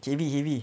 heavy heavy